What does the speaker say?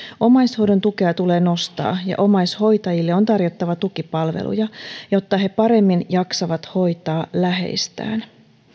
omaishoidon tukea tulee nostaa ja omaishoitajille on tarjottava tukipalveluja jotta he paremmin jaksavat hoitaa läheistään